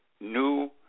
new